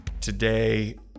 Today